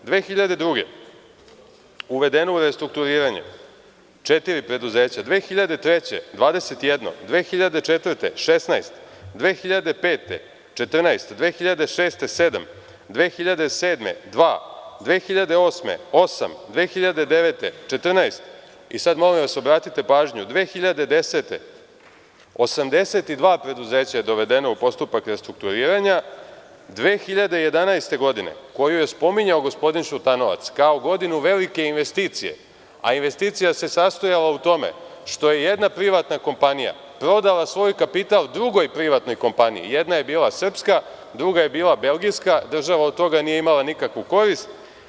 Godine 2002. uvedeno je u restrukturiranje četiri preduzeća, 2003. godine 21, 2004. godine 16 preduzeća, 2005. godine 14 preduzeća, 2006. godine sedam, 2007. godine dva, 2008. godine osam, 2009. godine 14 i sad, molim vas, obratite pažnju, 2010. godine 82 preduzeća je dovedeno u postupak restrukturiranja, 2011. godine, koju je spominjao gospodin Šutanovac kao godinu velike investicije, a investicija se sastojala u tome što je jedna privatna kompanija prodala svoj kapital drugoj privatnoj kompaniji, jedna je bila srpska, druga je bila belgijska, a država od toga nije imala nikakvu korist.